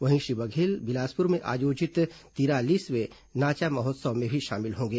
वहीं श्री बघेल बिलासपुर में आयोजित तिरालीसवें नाचा महोत्सव में भी शामिल होंगे